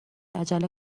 عجله